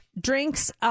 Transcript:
drinks